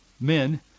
men